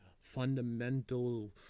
fundamental